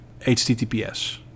HTTPS